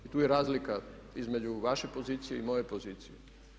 I tu je razlika između vaše pozicije i moje pozicije.